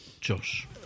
Josh